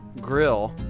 grill